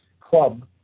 Club